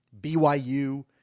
BYU